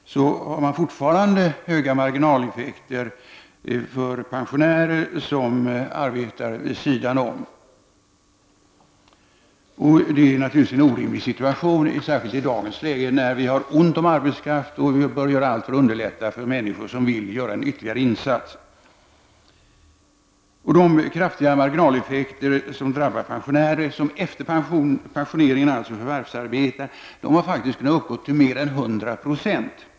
Herr talman! Inkomstbeskattningen av pensionärer har sedan länge avvikit från den typ av beskattning vi har för andra inkomsttagare. Även om uttaget av skatt inte har varit högre för pensionärerna än för andra grupper, har pensionärerna drabbats av särskilt kraftiga marginaleffekter. Visst har vissa förbättringar gjorts, bl.a. på initiativ av moderata samlingspartiet. Men fortfarande finns det höga marginaleffekter för pensionärer som arbetar vid sidan om. Det är naturligtvis en orimlig situation, särskilt i dagens läge när det är ont om arbetskraft och vi bör göra allt för att underlätta för människor som vill göra ytterligare en insats. De kraftiga marginaleffekter som drabbar pensionärer som efter pensioneringen förvärvsarbetar har faktiskt kunnat uppgå till mer än 100 96.